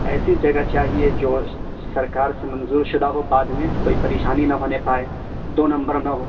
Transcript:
ایسی جگہ چاہیے جو سرکار سے منظور شدہ ہو بعد میں کوئی پریشانی نہ ہونے پائے دو نمبر نہ ہو